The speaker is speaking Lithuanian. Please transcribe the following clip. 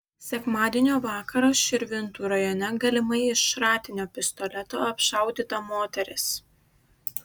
sekmadienio vakarą širvintų rajone galimai iš šratinio pistoleto apšaudyta moteris